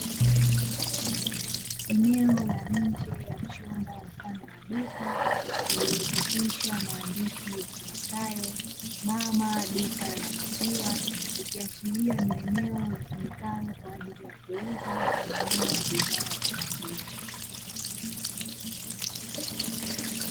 Eneo la nje ya chumba mfano wa duka lililo chapishwa maandishi yasomekayo mama duka la maziwa, ikihashiria ni eneo litumikalo kwa ajili ya kuuza na kununua bidhaa za maziwa.